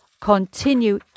continue